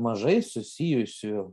mažai susijusių